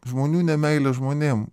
žmonių ne meilė žmonėm